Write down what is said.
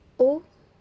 oh